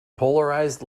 polarized